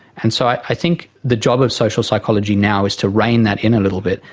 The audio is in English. and so i think the job of social psychology now is to rein that in a little bit,